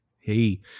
Hey